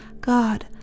God